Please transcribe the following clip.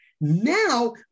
now